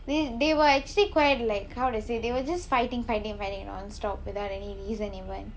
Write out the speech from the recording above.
they they were actually quite like how to say they were just fighting fighting fighting nonstop without any reason even